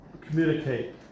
communicate